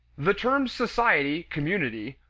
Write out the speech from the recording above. the terms society, community,